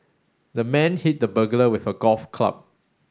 the man hit the burglar with a golf club